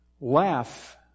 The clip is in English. laugh